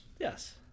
Yes